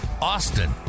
Austin